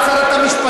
את שרת המשפטים?